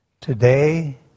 today